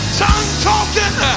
tongue-talking